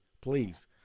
please